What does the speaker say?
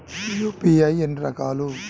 UPI ఎన్ని రకాలు?